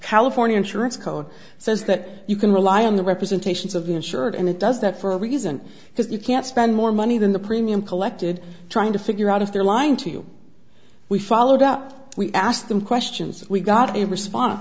california insurance co says that you can rely on the representations of the insured and it does that for a reason because you can't spend more money than the premium collected trying to figure out if they're lying to you we followed up we asked them questions we got in response